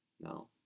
no